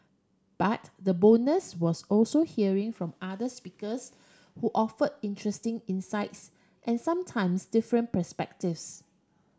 but the bonus was also hearing from other speakers who offered interesting insights and sometimes different perspectives